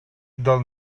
del